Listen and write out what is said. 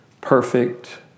perfect